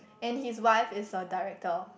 and his wife is a director